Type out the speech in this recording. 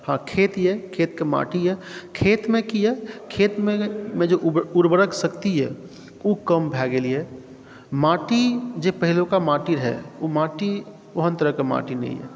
हँ खेत यऽ खेतक माटी यऽ खेतमे की यऽ खेतमे जे उर्वरक शक्ति यऽ ओ कम भए गेल यऽ माटी जे पहिलुका माटी रहै ओ माटी ओहन तरहके माटी नहि यऽ